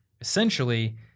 Essentially